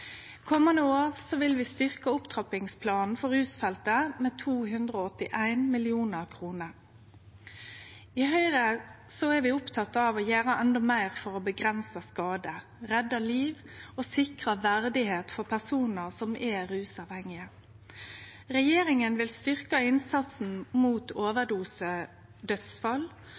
Komande år vil vi styrkje opptrappingsplanen for rusfeltet med 281 mill. kr. I Høgre er vi opptekne av å gjere enda meir for å avgrense skadar, redde liv og sikre verdigheit for personar som er rusavhengige. Regjeringa vil styrkje innsatsen mot